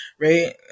right